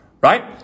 right